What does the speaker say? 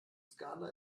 skala